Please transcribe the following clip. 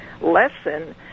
lesson